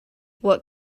what